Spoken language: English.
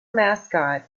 mascot